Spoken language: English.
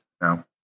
No